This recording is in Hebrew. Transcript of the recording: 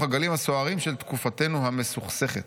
הגלים הסוערים של תקופתנו המסוכסכת'.